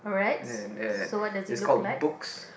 and the it's called books